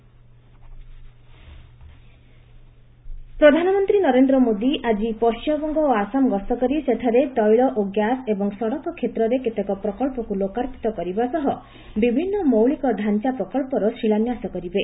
PM visit ପ୍ରଧାନମନ୍ତ୍ରୀ ନରେନ୍ଦ୍ର ମୋଦି ଆଜି ପଶ୍ଚିମବଙ୍ଗ ଓ ଆସାମ ଗସ୍ତ କରି ସେଠାରେ ତୈଳ ଓ ଗ୍ୟାସ ଏବଂ ସଡକ କ୍ଷେତ୍ରରେ କେତେକ ପ୍ରକଳ୍ପକ୍ ଲୋକାର୍ପିତ କରିବା ସହ ବିଭିନ୍ନ ମୌଳିକ ଢାଞ୍ଚା ପ୍ରକଳ୍ପର ଶିଳାନ୍ୟାସ କରିବେ